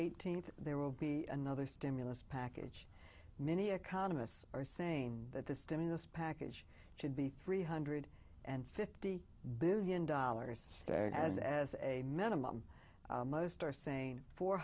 eighteenth there will be another stimulus package many economists are saying that the stimulus package should be three hundred and fifty billion dollars as a minimum most are saying four